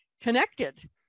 connected